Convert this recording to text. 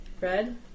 Red